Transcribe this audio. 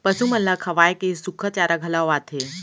पसु मन ल खवाए के सुक्खा चारा घलौ आथे